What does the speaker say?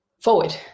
forward